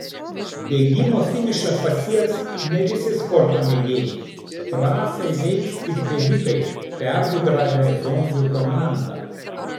bėgimo finišą pasieks ne visi sporto mėgėjai trasą įveiks tik bėgikai pergudravę zombių komandą